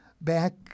back